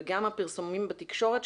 וגם הפרסומים בתקשורת,